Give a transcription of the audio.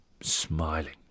smiling